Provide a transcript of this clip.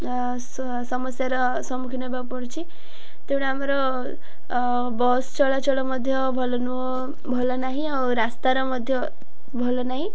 ସମସ୍ୟାର ସମ୍ମୁଖୀନ ହେବାକୁ ପଡ଼ୁଛିି ତେଡ଼ା ଆମର ବସ୍ ଚଳାଚଳ ମଧ୍ୟ ଭଲ ନୁହଁ ଭଲ ନାହିଁ ଆଉ ରାସ୍ତାର ମଧ୍ୟ ଭଲ ନାହିଁ